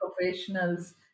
professionals